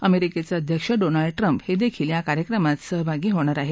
अमेरिकेचे अध्यक्ष Donald Trump देखील या कार्यक्रमात सहभागी होणार आहेत